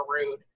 rude